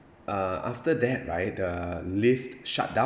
uh after that right the lift shutdown